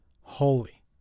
holy